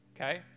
okay